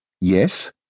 Yes